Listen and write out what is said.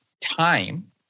time